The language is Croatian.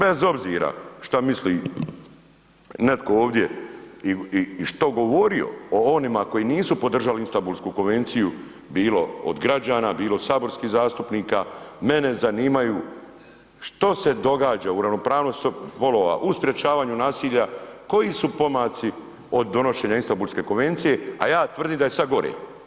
Bez obzira šta misli neko ovdje i šta govorio o onima koji nisu podržali Istambulsku konvenciju bilo od građana, bilo od saborskih zastupnika, mene zanimaju što se događa u ravnopravnosti spolova, u sprečavanju nasilja, koji su pomaci od donošenja Istambulske konvencije, a ja tvrdim da je sada gore.